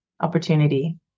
opportunity